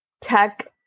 tech